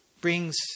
brings